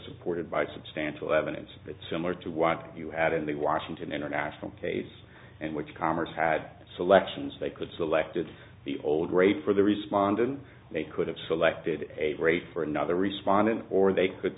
supported by substantial evidence that similar to what you had in the washington international case and which congress had selections they could selected the old rate for the respondent they could have selected a great for another respondent or they could